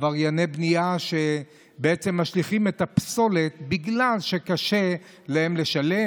עברייני בנייה שבעצם משליכים את הפסולת בגלל שקשה להם לשלם,